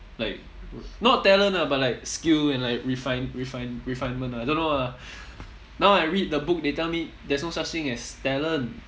like not talent ah but like skill and like refine~ refine~ refinement ah I don't know lah now I read the book they tell me there's no such thing as talent